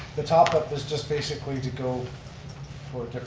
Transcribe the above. the topic is just basically to go for